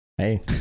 Hey